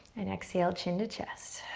and exhale chin to chest.